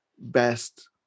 best